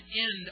end